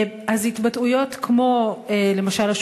אז התבטאויות כמו למשל,